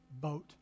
boat